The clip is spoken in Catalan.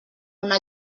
una